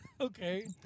Okay